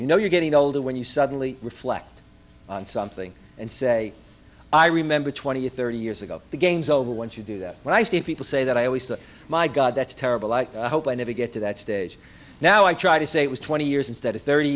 you know you're getting older when you suddenly reflect on something and say i remember twenty or thirty years ago the game's over once you do that when i see people say that i always say my god that's terrible i hope i never get to that stage now i try to say it was twenty years instead of thirty